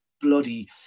bloody